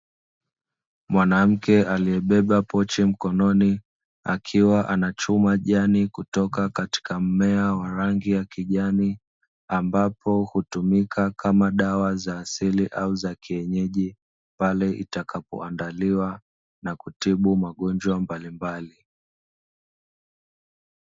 Mwanamke aliebeba pochi mkononi, akiwa anachuma jani kutoka katika mmea wa rangi ya kijani, ambapo hutumika kama dawa za asili au za kienyeji pale itakapo andaliwa na kutibu magonjwa mbalimbali.